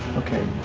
okay.